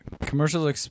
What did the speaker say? commercial